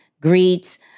greets